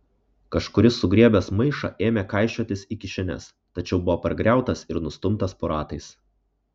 kažkuris sugriebęs maišą ėmė kaišiotis į kišenes tačiau buvo pargriautas ir nustumtas po ratais